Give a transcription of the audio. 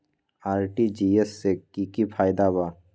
RTGS से की की फायदा बा?